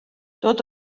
dod